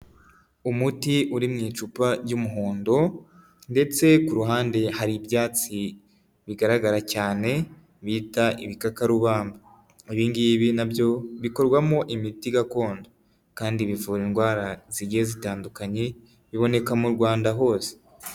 Umuti uri mu icupa ry'umuhondo ndetse ku ruhande hari ibyatsi bigaragara cyane bita ibikakarubamba, ibingibi nabyo bikorwamo imiti gakondo kandi bivura indwara zigiye zitandukanye iboneka mu Rwanda hose.